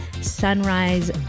sunrise